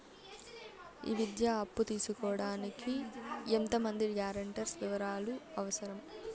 ఈ విద్యా అప్పు తీసుకోడానికి ఎంత మంది గ్యారంటర్స్ వివరాలు అవసరం?